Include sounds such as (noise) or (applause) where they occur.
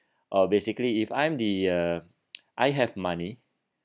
or basically if I'm the uh (noise) I have money